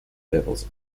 levels